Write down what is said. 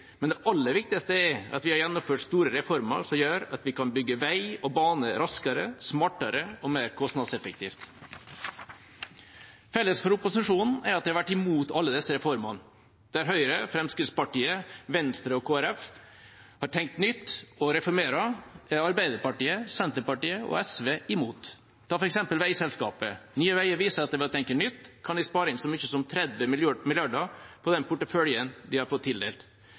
Men det aller viktigste er at vi har gjennomført store reformer som gjør at vi kan bygge vei og bane raskere, smartere og mer kostnadseffektivt. Felles for opposisjonen er at de har vært imot alle disse reformene. Der Høyre, Fremskrittspartiet, Venstre og Kristelig Folkeparti har tenkt nytt og reformert, har Arbeiderpartiet, Senterpartiet og SV vært imot. Ta f.eks. veiselskapet Nye Veier, som viser at de ved å tenke nytt kan spare inn så mye som 30 mrd. kr på den porteføljen de har fått tildelt.